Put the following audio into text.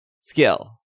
skill